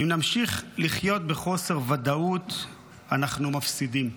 אם נמשיך לחיות בחוסר ודאות, אנחנו מפסידים,